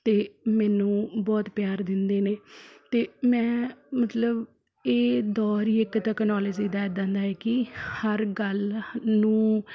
ਅਤੇ ਮੈਨੂੰ ਬਹੁਤ ਪਿਆਰ ਦਿੰਦੇ ਨੇ ਅਤੇ ਮੈਂ ਮਤਲਬ ਇਹ ਦੌਰ ਹੀ ਇੱਕ ਤੈਕਨੋਲਜੀ ਦਾ ਇੱਦਾਂ ਦਾ ਏ ਕਿ ਹਰ ਗੱਲ ਨੂੰ